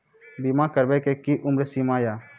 बीमा करबे के कि उम्र सीमा या?